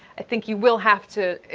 i think you will have to,